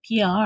PR